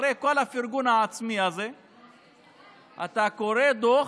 אחרי כל הפרגון העצמי הזה אתה קורא דוח